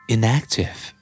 Inactive